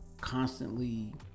constantly